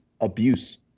abuse